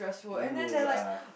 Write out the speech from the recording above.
you are